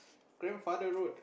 grandfather road